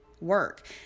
work